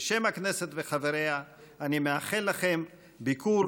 בשם הכנסת וחבריה אני מאחל לכם ביקור